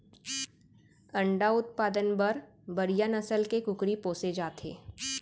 अंडा उत्पादन बर बड़िहा नसल के कुकरी पोसे जाथे